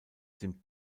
dem